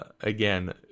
again